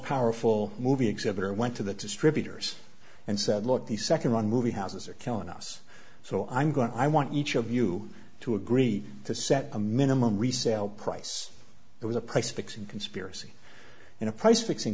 powerful movie exhibitor went to the distributors and said look the second run movie houses are killing us so i'm going i want each of you to agree to set a minimum resale price it was a price fixing conspiracy and a price fixing